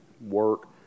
work